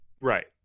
right